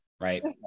right